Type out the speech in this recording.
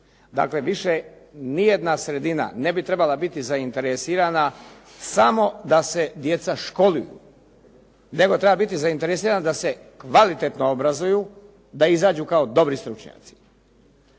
Dakle, više nijedna sredina ne bi trebala biti zainteresirana samo da se djeca školuju nego treba biti zainteresirana da se kvalitetno obrazuju, da izađu kao dobri stručnjaci.